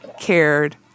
cared